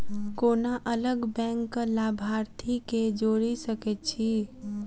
कोना अलग बैंकक लाभार्थी केँ जोड़ी सकैत छी?